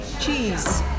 Cheese